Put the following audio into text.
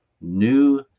new